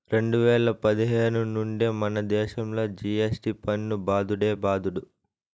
రెండు వేల పదిహేను నుండే మనదేశంలో జి.ఎస్.టి పన్ను బాదుడే బాదుడు